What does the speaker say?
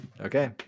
Okay